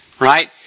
Right